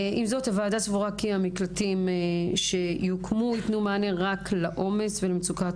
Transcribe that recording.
עם זאת הוועדה סבורה שמקלטים שיוקמו יתנו מענה רק לעומס ולמצוקת